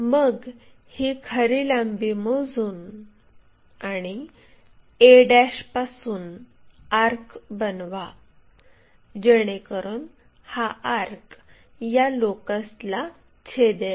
मग ही खरी लांबी मोजून आणि a पासून आर्क बनवा जेणेकरून हा आर्क या लोकसला छेदेल